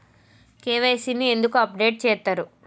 KYC ని ఎందుకు update చేత్తరు?